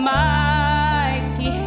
mighty